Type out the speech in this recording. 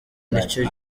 nicyo